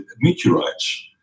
meteorites